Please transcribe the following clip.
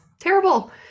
Terrible